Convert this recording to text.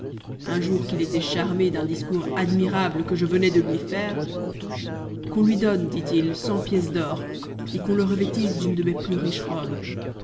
un jour qu'il était charmé d'un discours admirable que je venais de lui faire qu'on lui donne dit-il cent pièces d'or et qu'on le revêtisse d'une de mes plus riches robes